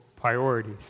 priorities